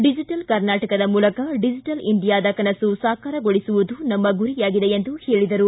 digital ಕರ್ನಾಟಕದ ಮೂಲಕ digital ಇಂಡಿಯಾದ ಕನಸು ಸಾಕಾರಗೊಳಿಸುವುದು ನಮ್ನ ಗುರಿಯಾಗಿದೆ ಎಂದು ಹೇಳಿದರು